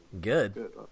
Good